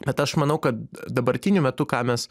bet aš manau kad dabartiniu metu ką mes